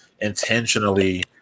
intentionally